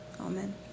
Amen